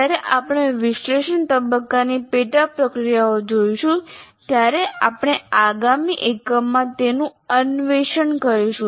જ્યારે આપણે વિશ્લેષણ તબક્કાની પેટા પ્રક્રિયાઓ જોઈશું ત્યારે આપણે આગામી એકમમાં તેનું અન્વેષણ કરીશું